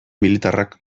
militarrak